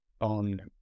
on